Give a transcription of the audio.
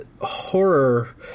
horror